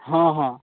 हँ हँ